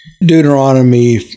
Deuteronomy